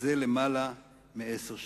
החברתי,